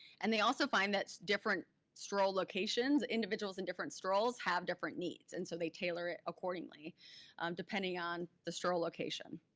and they also find that different stroll locations, individuals in different strolls have different needs, and so they tailor it accordingly depending on the stroll location.